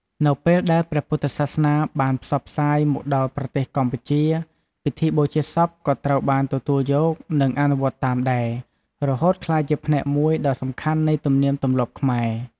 នៅពេលដែលព្រះពុទ្ធសាសនាបានផ្សព្វផ្សាយមកដល់ប្រទេសកម្ពុជា ពិធីបូជាសពក៏ត្រូវបានទទួលយក និងអនុវត្តតាមដែរ រហូតក្លាយជាផ្នែកមួយដ៏សំខាន់នៃទំនៀមទម្លាប់ខ្មែរ។